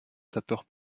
sapeurs